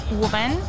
woman